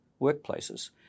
workplaces